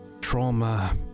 trauma